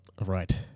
Right